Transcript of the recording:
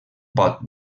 pot